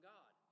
God